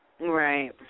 right